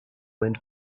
went